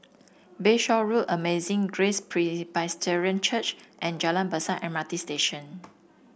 Bayshore Road Amazing Grace Presbyterian Church and Jalan Besar M R T Station